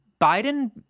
Biden